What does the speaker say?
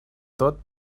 tot